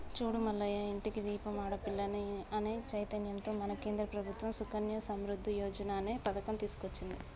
చూడు మల్లయ్య ఇంటికి దీపం ఆడపిల్ల అనే చైతన్యంతో మన కేంద్ర ప్రభుత్వం సుకన్య సమృద్ధి యోజన అనే పథకం తీసుకొచ్చింది